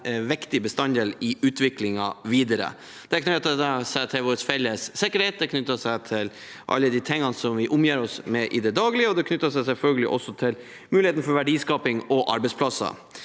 en viktig bestanddel i utviklingen videre. Det knytter seg til vår felles sikkerhet, det knytter seg til alle de tingene som vi omgir oss med i det daglige, og det knytter seg selvfølgelig også til muligheten for verdiskaping og arbeidsplasser.